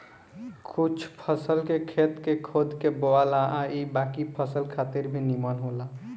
कुछ फसल के खेत के खोद के बोआला आ इ बाकी फसल खातिर भी निमन होला